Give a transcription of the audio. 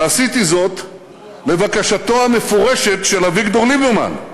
ועשיתי זאת לבקשתו המפורשת של אביגדור ליברמן,